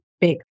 big